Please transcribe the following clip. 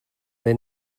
neu